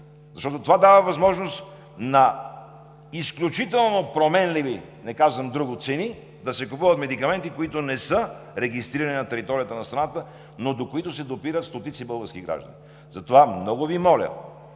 защото това дава възможност на изключително променливи – не казвам друго, цени да се купуват медикаменти, които не са регистрирани на територията на страната, но до които се допират стотици български граждани. Затова много Ви моля